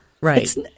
Right